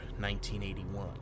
1981